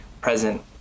present